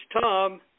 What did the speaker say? Tom